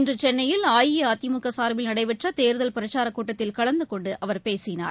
இன்றுசென்னையில் அஇஅதிமுகசார்பில் நடைபெற்றதேர்தல் பிரச்சாரக்கூட்டத்தில் கலந்தகொண்டுஅவர் பேசினார்